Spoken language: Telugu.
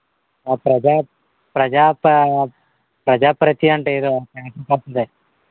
ఆ ప్రజా ప్రజాప ప్రజాప్రతి అంట ఏదో పేపర్ కొత్తది